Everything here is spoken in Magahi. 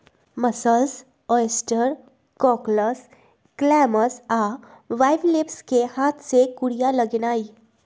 मसल्स, ऑयस्टर, कॉकल्स, क्लैम्स आ बाइवलेव्स कें हाथ से कूरिया लगेनाइ